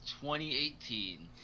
2018